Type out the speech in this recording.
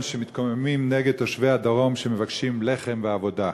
שמתקוממים נגד תושבי הדרום שמבקשים לחם ועבודה.